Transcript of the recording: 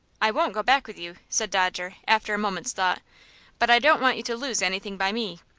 i won't go back with you, said dodger, after a moment's thought but i don't want you to lose anything by me.